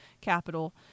capital